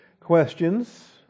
questions